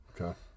Okay